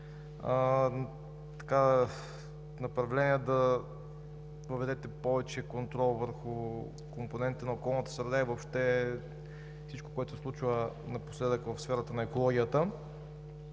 полагате да въведете повече контрол върху компонентите на околната среда, и въобще всичко, което се случва напоследък в сферата на екологията.